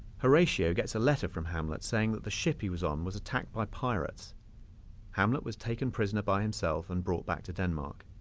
horatio gets a letter from hamlet saying that the ship he was on was attacked by pirates hamlet was taken prisoner by himself and brought back to denmark